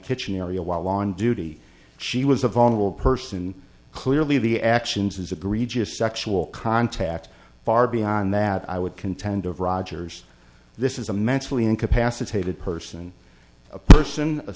kitchen area while on duty she was a vulnerable person clearly the actions of the regis sexual contact far beyond that i would contend of rogers this is a mentally incapacitated person a person a